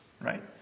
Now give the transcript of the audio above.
right